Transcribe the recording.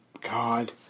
God